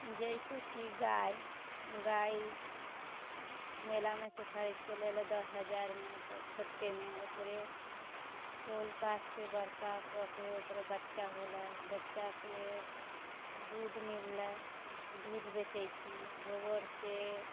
जैसे कि गाय गाय मेलामे से खरीदके लेले दस हजारमे तऽ छोटमे ओकरे पोल पास के बड़का कऽके ओकरा बच्चा होलै बच्चासँ दूध मिललै दूध बेचै छी गोबरसँ